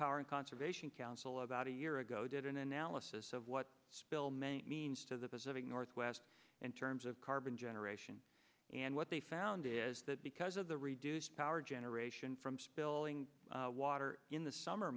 power and conservation council about a year ago did an analysis of what spill meant means to the pacific northwest in terms of carbon generation and what they found is that because of the reduced power generation from spilling water in the summer